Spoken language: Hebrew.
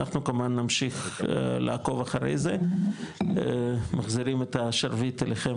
אנחנו כמובן נמשיך לעקוב אחרי זה ומחזירים את השרביט אליכם,